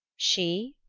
she?